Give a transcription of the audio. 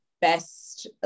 best